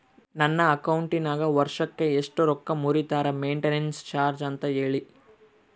ನನ್ನ ಅಕೌಂಟಿನಾಗ ವರ್ಷಕ್ಕ ಎಷ್ಟು ರೊಕ್ಕ ಮುರಿತಾರ ಮೆಂಟೇನೆನ್ಸ್ ಚಾರ್ಜ್ ಅಂತ ಹೇಳಿ?